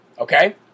okay